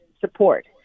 support